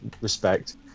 respect